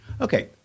Okay